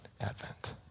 Advent